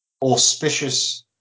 auspicious